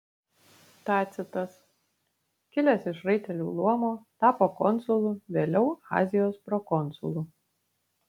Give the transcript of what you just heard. tacitas kilęs iš raitelių luomo tapo konsulu vėliau azijos prokonsulu